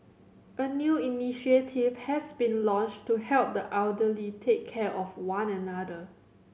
a new initiative has been launched to help the elderly take care of one another